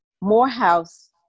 Morehouse